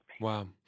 Wow